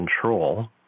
control